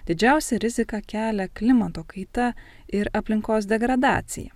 didžiausią riziką kelia klimato kaita ir aplinkos degradacija